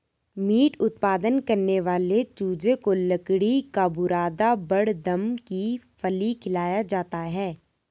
meet उत्पादन करने वाले चूजे को लकड़ी का बुरादा बड़दम की फली खिलाया जाता है